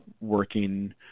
working